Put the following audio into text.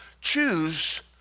choose